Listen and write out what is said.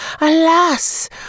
alas